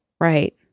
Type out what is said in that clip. Right